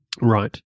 Right